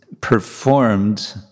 performed